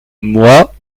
moi